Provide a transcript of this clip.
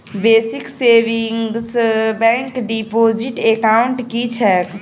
Basic savings bank deposit account की छैक?